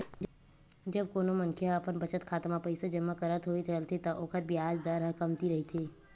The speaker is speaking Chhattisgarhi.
जब कोनो मनखे ह अपन बचत खाता म पइसा जमा करत होय चलथे त ओखर बियाज दर ह कमती रहिथे